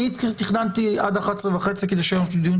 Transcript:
הכנסנו את הסעיף הזה כסעיף מקביל לסעיף דומה מאוד